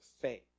faith